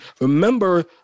Remember